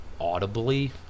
audibly